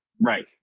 right